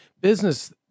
business